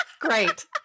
Great